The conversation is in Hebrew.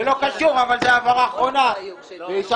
זה לא קשור אבל זאת העברה אחרונה והשארנו